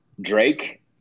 Drake